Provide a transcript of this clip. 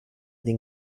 den